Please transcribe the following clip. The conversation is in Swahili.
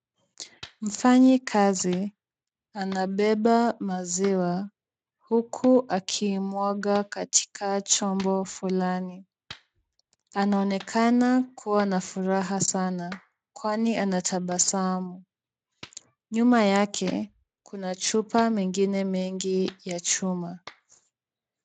Mfanyikazi anabeba maziwa huku akiimwaga katika chombo fulani. Anaonekana kuwa na furaha sana kwani anatabasamu. Nyuma yake kuna chupa mengine mengi ya chuma.